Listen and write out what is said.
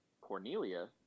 Cornelia